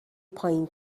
پایین